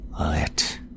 let